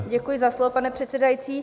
Děkuji za slovo, pane předsedající.